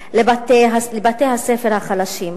לבתי-הספר החלשים.